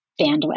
bandwidth